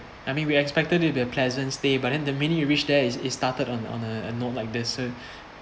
I mean we expected it to be a pleasant stay but then the minute we reach there it's it's started on on a a note like this